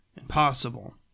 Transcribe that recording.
impossible